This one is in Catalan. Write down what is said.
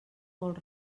molt